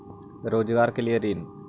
रोजगार के लिए ऋण?